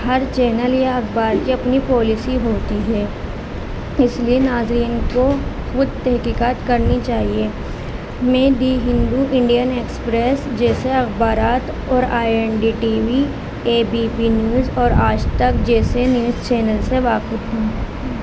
ہر channel یا اخبار کی اپنی پالیسی ہوتی ہے اس لیے ناظرین کو خود تحققات کرنی چاہیے میں دی ہندو انڈین ایکسپریس جیسے اخبارات اور I N D T V A B P news اور آج تک جیسے نیوز چینل سے واقف ہوں